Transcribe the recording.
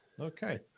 Okay